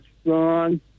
strong